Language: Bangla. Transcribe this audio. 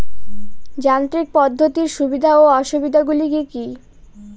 যান্ত্রিক পদ্ধতির সুবিধা ও অসুবিধা গুলি কি কি?